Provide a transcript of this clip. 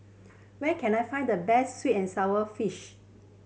where can I find the best sweet and sour fish